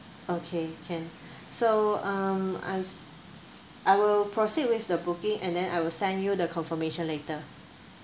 okay can so um as I will proceed with the booking and then I will send you the confirmation later